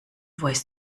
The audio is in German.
voice